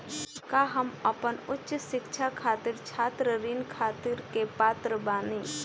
का हम अपन उच्च शिक्षा खातिर छात्र ऋण खातिर के पात्र बानी?